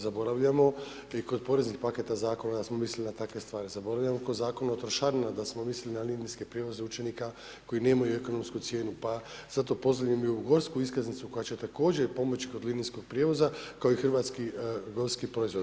Zaboravljamo da i kod poreznih paketa zakona smo mislili na takve stvari, zaboravljamo kod Zakona o trošarinama da smo mislili na linijske prijevoze učenika koji nemaju ekonomsku cijenu, pa pozdravljam i ovu gorsku iskaznicu koja će također pomoći kod linijskog prijevoza kao i hrvatski gorski proizvod.